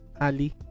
Ali